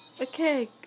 okay